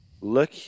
Look